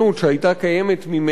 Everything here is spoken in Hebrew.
שהיתה קיימת ממילא,